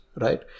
right